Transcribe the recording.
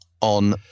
on